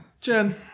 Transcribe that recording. Jen